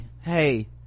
hey